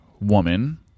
woman